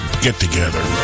get-together